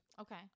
Okay